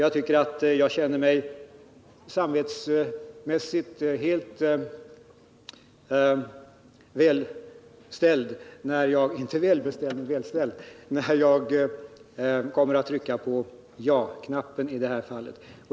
Jag kommer därför att känna mig samvetsmässigt helt välställd när jag i denna fråga trycker på ja-knappen.